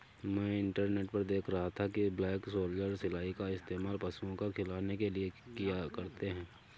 मैं इंटरनेट पर देख रहा था कि ब्लैक सोल्जर सिलाई का इस्तेमाल पशुओं को खिलाने के लिए करते हैं